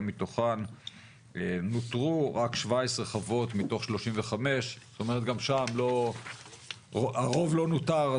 מתוכן נוטרו רק 17 חוות מתוך 35. גם שם הרוב לא נוטר,